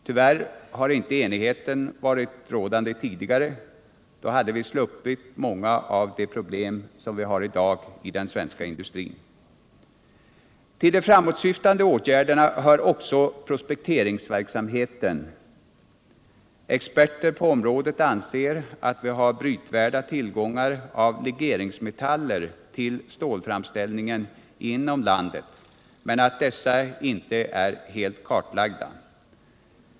Tyvärr har inte den enigheten varit rådande tidigare — då hade vi sluppit många av de problem som vi i dag har inom den svenska stålindustrin. Till de framåtsyftande åtgärderna hör också prospekteringsverksamheten. Experter på området anser att vi har brytvärda tillgångar av legeringsmetaller till stålframställningen inom landet, men att dessa inte är helt kartlagda.